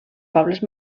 pobles